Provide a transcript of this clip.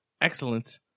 excellence